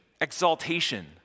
exaltation